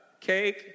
cake